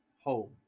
home